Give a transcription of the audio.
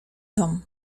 dom